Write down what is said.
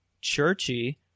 churchy